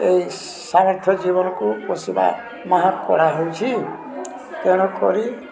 ଏଇ ସାମର୍ଥ୍ୟ ଜୀବନକୁ ପୋଷିବା ମାହା କଡ଼ା ହେଉଛି ତେଣୁ କରି